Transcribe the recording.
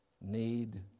need